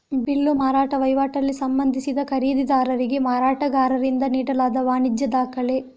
bill ಮಾರಾಟ ವೈವಾಟಲ್ಲಿ ಸಂಬಂಧಿಸಿದ ಖರೀದಿದಾರರಿಗೆ ಮಾರಾಟಗಾರರಿಂದ ನೀಡಲಾದ ವಾಣಿಜ್ಯ ದಾಖಲೆ